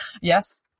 Yes